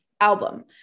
album